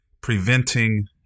preventing